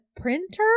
printer